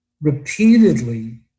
repeatedly